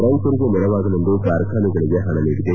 ರೈತರಿಗೆ ನೆರವಾಗಲೆಂದು ಕಾರ್ಖಾನೆಗಳಿಗೆ ಹಣ ನೀಡಿದೆ